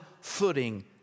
footing